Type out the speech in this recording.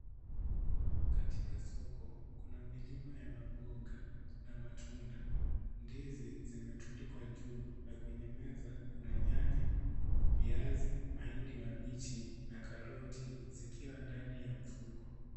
Katika soko kuna milima ya maboga na matunda, ndizi zimetundikwa juu na kwenye meza kuna nyanya, viazi, mahindi mabichi na karoti zikiwa ndani ya mfuko.